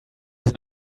sind